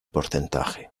porcentaje